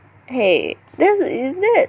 !hey! there's isn't that